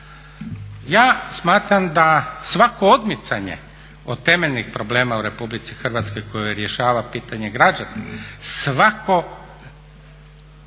Ja smatram da svako odmicanje od temeljnih problema u RH koje rješava pitanje građana svako